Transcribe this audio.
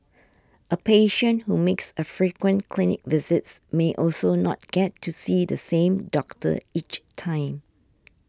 a patient who makes a frequent clinic visits may also not get to see the same doctor each time